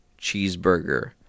cheeseburger